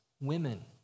women